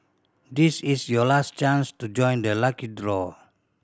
this is your last chance to join the lucky draw